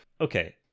Okay